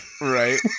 Right